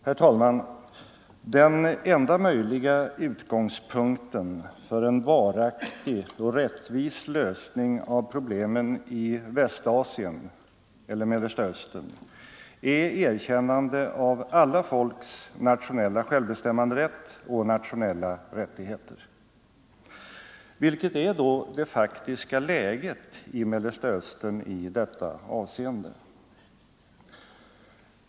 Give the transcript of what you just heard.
Herr talman! Den enda möjliga utgångspunkten för en varaktig och rättvis lösning av problemen i Västasien eller Mellersta Östern är erkännande av alla folks nationella självbestämmanderätt och nationella rättigheter. Vilket är då det faktiska läget i Mellersta Östern i detta avseende?